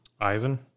Ivan